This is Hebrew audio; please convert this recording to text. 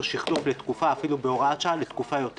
שחלוף בתקופה אפילו בהוראת שעה לתקופה יותר